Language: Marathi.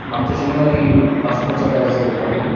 मागच्या शनिवारी पासपोर्टसाठी अर्ज केला होता ना रे